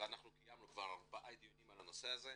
ואנחנו קיימנו כבר ארבעה דיוני על הנושא הזה,